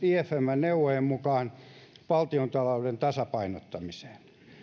ifmn neuvojen mukaan valtiontalouden tasapainottamiseen